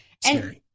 scary